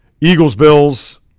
Eagles-Bills